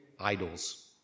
idols